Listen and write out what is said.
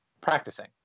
practicing